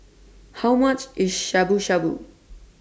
How much IS Shabu Shabu